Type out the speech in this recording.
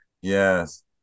Yes